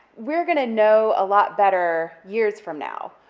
we're gonna know a lot better, years from now,